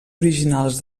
originals